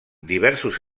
diversos